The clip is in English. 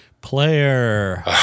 Player